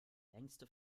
längste